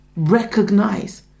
recognize